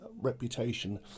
reputation